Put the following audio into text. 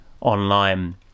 online